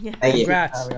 Congrats